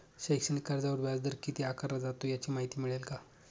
शैक्षणिक कर्जावर व्याजदर किती आकारला जातो? याची माहिती मिळेल का?